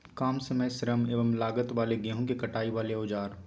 काम समय श्रम एवं लागत वाले गेहूं के कटाई वाले औजार?